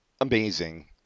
amazing